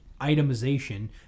itemization